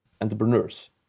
entrepreneurs